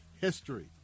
history